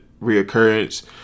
reoccurrence